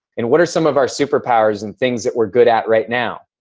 and what are some of our superpowers and things that we're good at right now?